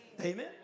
Amen